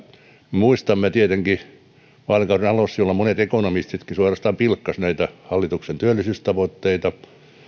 muistamme tietenkin vaalikauden alun jolloin monet ekonomistitkin suorastaan pilkkasivat näitä hallituksen työllisyystavoitteita